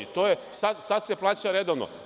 Sada se plaća redovno.